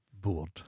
board